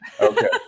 Okay